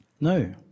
No